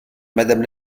madame